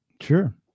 sure